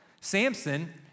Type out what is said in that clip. Samson